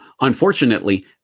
Unfortunately